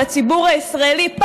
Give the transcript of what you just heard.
ולציבור הישראלי,